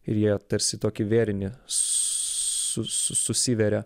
ir jie tarsi į tokį vėrinį su susiveria